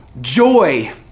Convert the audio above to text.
joy